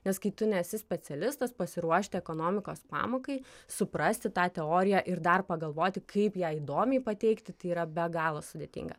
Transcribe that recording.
nes kai tu nesi specialistas pasiruošti ekonomikos pamokai suprasti tą teoriją ir dar pagalvoti kaip ją įdomiai pateikti tai yra be galo sudėtinga